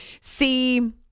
see